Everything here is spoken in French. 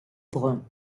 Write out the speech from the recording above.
bruns